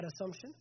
assumption